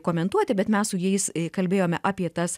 komentuoti bet mes su jais kalbėjome apie tas